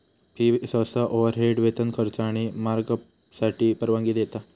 fee सहसा overhead, वेतन, खर्च आणि मार्कअपसाठी परवानगी देता